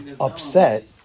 upset